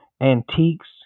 Antiques